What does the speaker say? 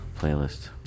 playlist